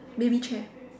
baby chair